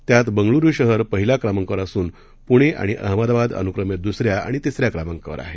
त्यातून बंगळुरू शहर पहिल्या क्रमांकावर असून पुणे आणि अहमदाबाद अनुक्रमे दुसऱ्या आणि तिसऱ्या क्रमांकावर आहेत